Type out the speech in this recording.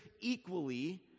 equally